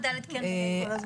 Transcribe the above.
למה כיתות ד' כן וכיתות ה' לא?